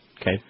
Okay